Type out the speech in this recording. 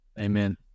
Amen